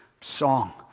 song